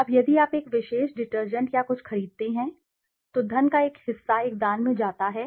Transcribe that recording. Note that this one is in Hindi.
अब यदि आप एक विशेष डिटर्जेंट या कुछ खरीदते हैं तो धन का कुछ हिस्सा एक दान में जाता है